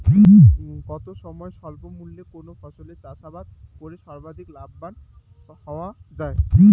কম সময়ে স্বল্প মূল্যে কোন ফসলের চাষাবাদ করে সর্বাধিক লাভবান হওয়া য়ায়?